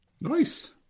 Nice